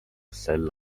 sel